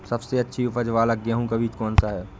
सबसे अच्छी उपज वाला गेहूँ का बीज कौन सा है?